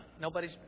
Nobody's